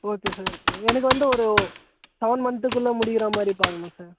okay sir எனக்கு வந்து ஒரு சவன் மந்த்துக்குள்ள முடிகிற மாதிரி பார்க்கணும் சார்